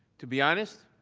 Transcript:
to be honest,